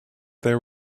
there